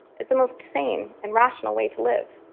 is the most sane and rational way to live.